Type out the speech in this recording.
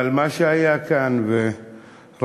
אבל מה שהיה כאן וראינו,